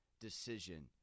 decision